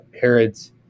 Herod's